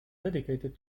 dedicated